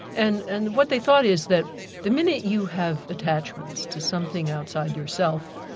and and what they thought is that the minute you have attachments to something outside yourself,